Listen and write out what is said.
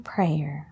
Prayer